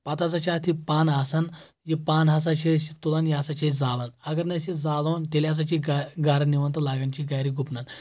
پتہٕ ہسا چھِ اتھ یہِ پن آسان یہِ پن ہسا چھِ أسۍ یہِ تُلان یہِ ہسا چھِ أسۍ زالان اگر نہٕ أسۍ یہِ زالہ ہون تیٚلہِ ہسا چھِ گرٕ نِوان تہٕ لگان چھِ گرِ گُپنن